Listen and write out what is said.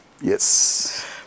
Yes